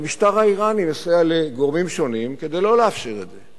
והמשטר האירני מסייע לגורמים שונים כדי לא לאפשר את זה,